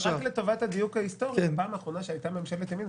הליך השינוי המורכב של החוקה הוא המאפשר לאמת מידה זו